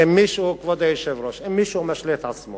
כבוד היושב-ראש, אם מישהו משלה את עצמו